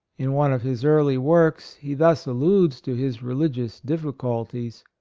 in one of his early works, he thus alludes to his religious difficulties,